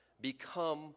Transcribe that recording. become